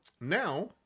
now